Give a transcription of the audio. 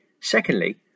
Secondly